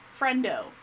friendo